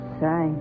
say